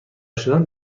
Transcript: شدن